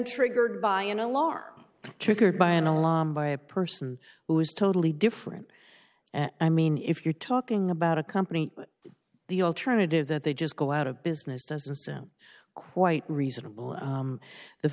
triggered by an alarm triggered by an alarm by a person who is totally different i mean if you're talking about a company the alternative that they just go out of business doesn't quite reasonable